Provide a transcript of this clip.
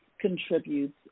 contributes